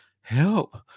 help